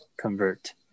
convert